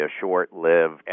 short-lived